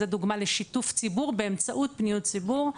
אז זו דוגמה לשיתוף ציבור באמצעות פניות ציבור.